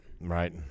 Right